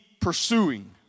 pursuing